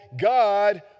God